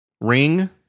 Ring